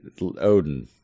Odin